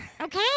Okay